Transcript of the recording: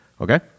Okay